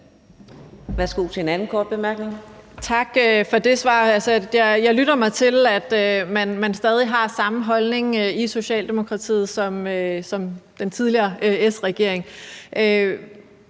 Tak for det svar. Jeg lytter mig til, at man stadig har den samme holdning i Socialdemokratiet, som den tidligere S-regering